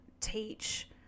teach